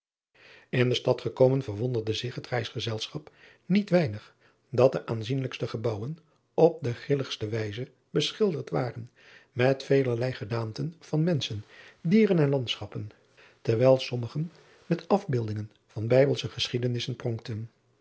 n de stad gekomen verwonderde zich het reisgezelschap niet weinig dat de aanzienlijkste gebouwen op de grilligste wijze beschilderd waren met velerlei gedaanten van menschen dieren en landschappen terwijl sommigen met afbeeldingen van ijbelsche geschiedenissen pronkten